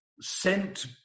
sent